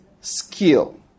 Skill